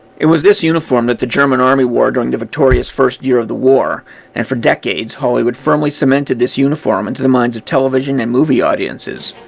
it was this uniform that the german army wore during the victorious first year of the war and for decades hollywood firmly cemented this uniform into the minds of television and movie audiences.